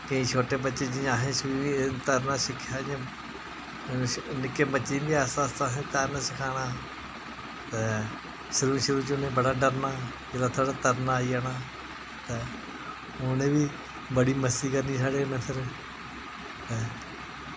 केईं छोटे बच्चे जियां असें तरना सिक्खेआ जियां निक्के बच्चें गी बी असें आस्ता आस्ता तैरना सखाना ते शुरू शुरू च उ'नें बड़े डरना जेल्लै थोह्ड़ा तरना आई जाना ते उ'नें बी बड़ी मस्ती करनी साढ़े फिर ऐं